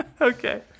Okay